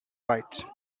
white